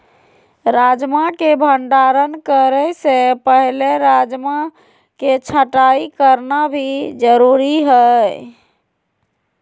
राजमा के भंडारण करे से पहले राजमा के छँटाई करना भी जरुरी हय